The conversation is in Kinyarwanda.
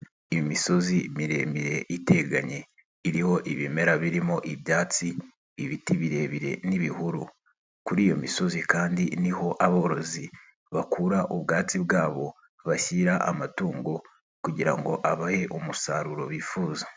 Imisozi miremire iteganye iriho ibimera birimo ibyatsi, ibiti birebire n'ibihuru, kuri iyo misozi kandi ni ho aborozi bakura ubwatsi bwabo bashyira amatungo kugira ngo abahe umusaruro bifuza.